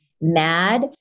mad